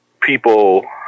people